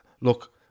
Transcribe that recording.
look